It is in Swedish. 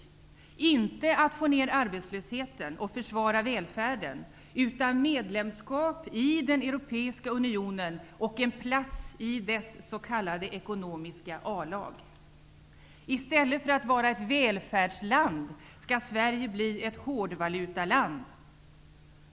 Det är inte att få ner arbetslösheten och försvara välfärden, utan det är medlemskap i den europeiska unionen och en plats i dess s.k. ekonomiska A-lag. I stället för att vara ett välfärdsland skall Sverige bli ett hårdvalutaland.